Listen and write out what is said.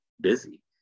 busy